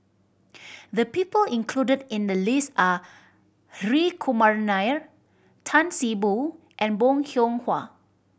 the people included in the list are Hri Kumar Nair Tan See Boo and Bong Hiong Hwa